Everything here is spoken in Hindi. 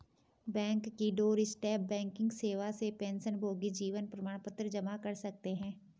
बैंक की डोरस्टेप बैंकिंग सेवा से पेंशनभोगी जीवन प्रमाण पत्र जमा कर सकते हैं